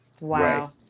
Wow